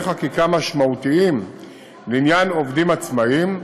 חקיקה משמעותיים לעניין עובדים עצמאים,